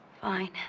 fine